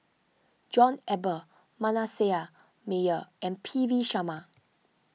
John Eber Manasseh Meyer and P V Sharma